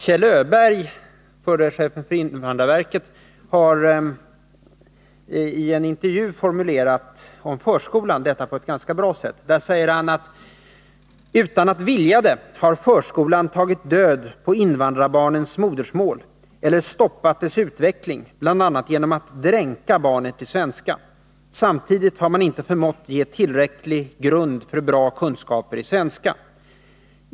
Kjell Öberg, förre chefen för invandrarverket, har i en intervju när det gäller förskolans roll formulerat detta på ett ganska bra sätt: ”Utan att vilja det har förskolan tagit död på invandrarbarnens modersmål eller stoppat dess utveckling, bla genom att "dränka" barnet i svenska. Samtidigt har man inte förmått att ge tillräcklig grund för bra kunskaper i svenska ——=—.